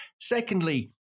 Secondly